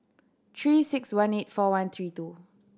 Three Six One eight four one three two